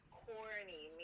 corny